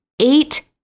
eight